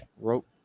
rope